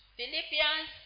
Philippians